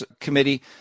Committee